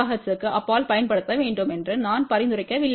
5 GHz க்கு அப்பால் பயன்படுத்த வேண்டும் என்று நான் பரிந்துரைக்கவில்லை